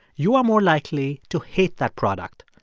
you are more likely to hate that product.